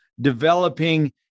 developing